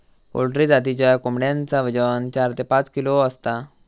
poultry जातीच्या कोंबड्यांचा वजन चार ते पाच किलो असता